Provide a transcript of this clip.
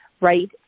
right